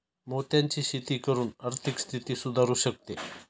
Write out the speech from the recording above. मोत्यांची शेती करून आर्थिक स्थिती सुधारु शकते